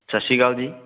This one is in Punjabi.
ਸਤਿ ਸ਼੍ਰੀ ਅਕਾਲ ਜੀ